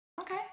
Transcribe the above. Okay